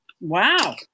Wow